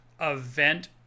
event